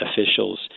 officials